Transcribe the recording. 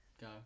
Go